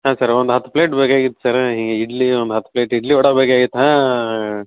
ಹಾಂ ಸರ್ ಒಂದು ಹತ್ತು ಪ್ಲೇಟ್ ಬೇಕಾಗಿತ್ತು ಸರ ಇಡ್ಲಿ ಒಂದು ಹತ್ತು ಪ್ಲೇಟ್ ಇಡ್ಲಿ ವಡೆ ಬೇಕಾಗಿತ್ತು ಹಾಂ